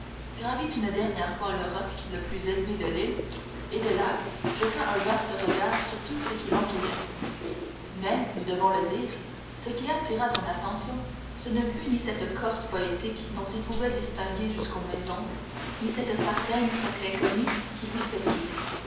gravit une dernière fois le roc le plus élevé de l'île et de là jeta un vaste regard sur tout ce qui l'entourait mais nous devons le dire ce qui attira son attention ce ne fut ni cette corse poétique dont il pouvait distinguer jusqu'aux maisons ni cette sardaigne presque inconnue qui lui fait suite